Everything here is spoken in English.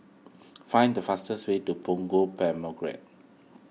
find the fastest way to Punggol